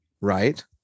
Right